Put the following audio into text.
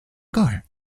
car